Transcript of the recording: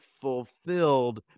fulfilled